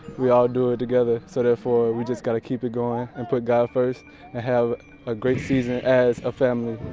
we all do it together. so therefore we just got to keep it going and put god first and have a great season as a family.